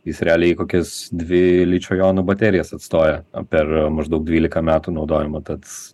jis realiai kokias dvi ličio jonų baterijas atstoja per maždaug dvylika metų naudojamo tad